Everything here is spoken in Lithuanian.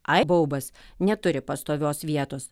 ai baubas neturi pastovios vietos